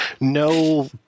no